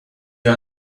you